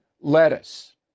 lettuce